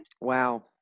Wow